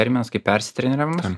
terminas kaip persitreniravimas